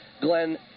Glenn